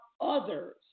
others